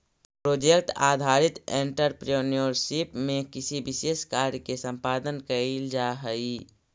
project आधारित entrepreneurship में किसी विशेष कार्य के संपादन कईल जाऽ हई